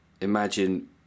Imagine